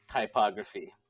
typography